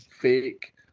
fake